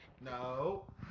No